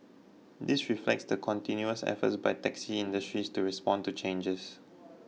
this reflects the continuous efforts by taxi industry to respond to changes